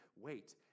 wait